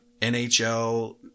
NHL